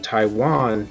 Taiwan